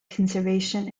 conservation